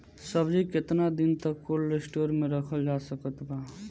सब्जी केतना दिन तक कोल्ड स्टोर मे रखल जा सकत बा?